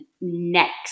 next